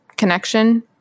connection